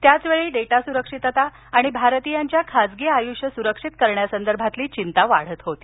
त्याचवेळी डाटा सुरक्षितता आणि भारतियांच्या खासगी आयुष्य सुरक्षित करण्यासंदर्भात चिंता वाढत होती